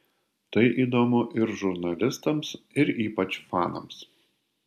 tai įdomu ir žurnalistams ir ypač fanams